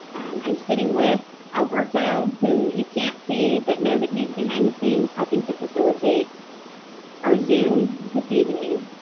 i'm i'm sitting with alberto, who you can't see but know that he's behind the scenes helping to facilitate our zoom this evening.